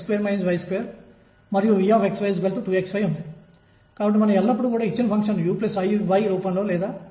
ఇక్కడ వాటి మధ్య దూరం L గా ఉంటుంది